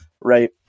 Right